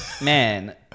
man